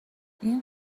این